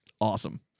Awesome